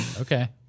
Okay